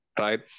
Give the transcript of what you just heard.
right